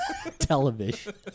television